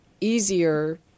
easier